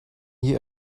hier